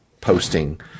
posting